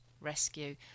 Rescue